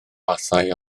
fathau